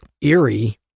eerie